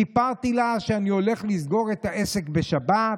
סיפרתי לה שאני הולך לסגור את העסק בשבת,